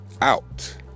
out